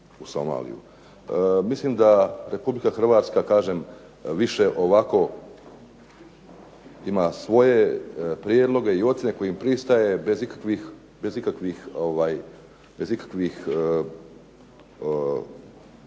u Somaliju. Mislim da RH, kažem više ovako ima svoje prijedloge i ocjene kojim pristaje bez ikakvih nekakvih